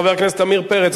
חבר הכנסת עמיר פרץ,